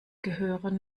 gehören